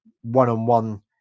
one-on-one